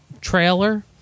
trailer